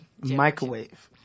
Microwave